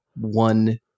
one